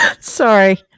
Sorry